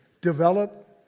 Develop